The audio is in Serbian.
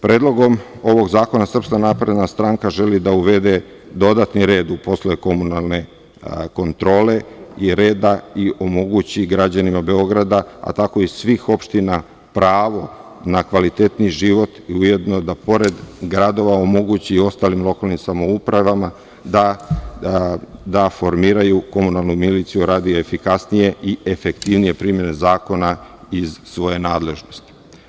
Predlogom ovog zakona SNS želi da uvede dodatni red u poslove komunalne kontrole i reda i omogući građanima Beograda, a tako i svih opština, pravo na kvalitetniji život i ujedno da pored gradova omogući i ostalim lokalnim samoupravama da formiraju komunalnu miliciju radi efikasnije i efektivnije primene zakona iz svoje nadležnosti.